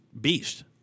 beast